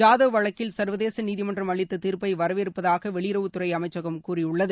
ஜாதவ் வழக்கில் சா்வதேச நீதிமன்றம் அளித்த தீாப்பை வரவேற்பதாக வெளியுறவுத் துறை அமைச்சகம் கூறியுள்ளது